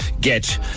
get